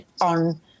on